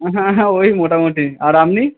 হ্যাঁ হ্যাঁ ওই মোটামুটি আর আপনি